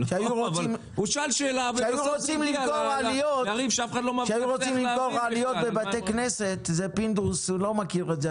כשהיו רוצים למכור עליות בבית הכנסת פינדרוס לא מכיר את זה,